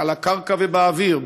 על הקרקע ובאוויר,